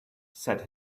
said